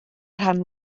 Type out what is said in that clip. rhan